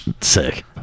Sick